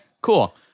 cool